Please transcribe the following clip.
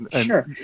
Sure